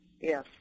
Yes